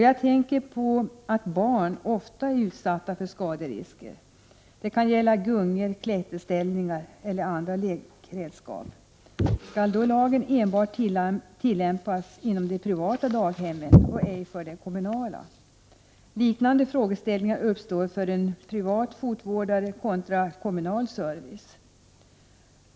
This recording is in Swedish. Jag tänker på att barn ofta är utsatta för skaderisker. Det kan gälla gungor, klätterställningar eller andra lekredskap. Skall då lagen tillämpas enbart inom det privata daghemmet och inte inom det kommunala? Liknande frågeställningar uppstår för privat fotvård kontra en kommunal service.